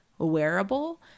wearable